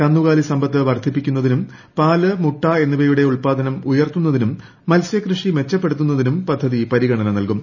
കന്നുകാലി സമ്പത്ത് വർദ്ധിപ്പിക്കുന്നതിനും പാല് മുട്ട എന്നിവയുടെ ഉത്പാദനം ഉയർത്തുന്നതിനും മത്സ്യകൃഷി മെച്ചപ്പെടുത്തുന്നതിനും പദ്ധതി പരിഗണന നൽകും